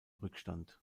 rückstand